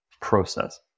process